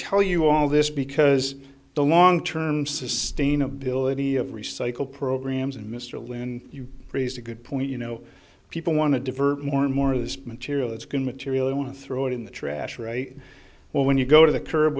tell you all this because the long term sustainability of recycle programs and mr lynn you raise a good point you know people want to divert more and more of this material that's going material you want to throw it in the trash right when you go to the curb